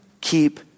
keep